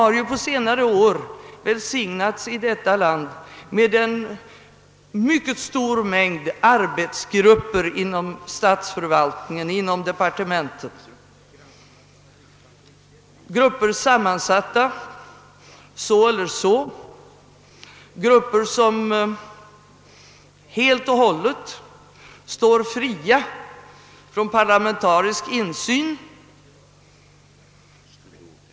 Vi har på senare år i detta land välsignats med en mycket stor mängd arbetsgrupper inom statsförvaltning och departement. Dessa grupper har sammansatts på olika sätt, och de står helt och hållet fria från parlamentarisk insyn.